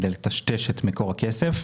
כדי לטשטש את מקור הכסף.